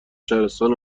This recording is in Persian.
شهرستان